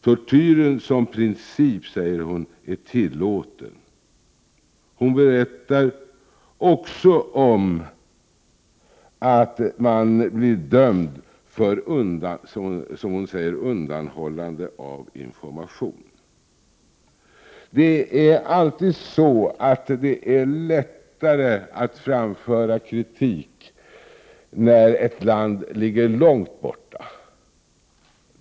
Tortyren som princip är tillåten.” Hon berättade också om att man blir dömd för, som hon sade, ”undanhållande av information”. Det är alltid lättare att framföra kritik mot förhållanden i ett land som ligger långt borta.